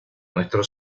nuestro